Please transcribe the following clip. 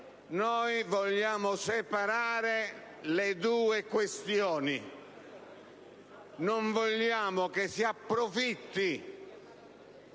Noi vogliamo separare le due questioni. Non vogliamo che ci si approfitti